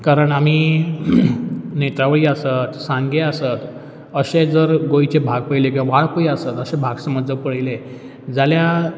कारण आमी नेत्रावळी आसत सांगें आसत अशें जर गोंयचे भाग पळयले किंवां वाळपय आसत अशें भाग समज जर पळयले जाल्या